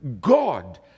God